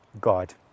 God